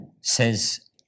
says